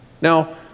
Now